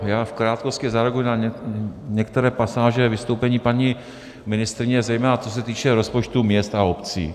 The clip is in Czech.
Já v krátkosti zareaguji na některé pasáže vystoupení paní ministryně, zejména co se týče rozpočtů měst a obcí.